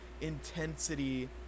intensity